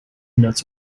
nuts